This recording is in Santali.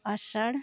ᱟᱥᱟᱲ